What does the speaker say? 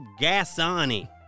Gasani